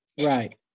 Right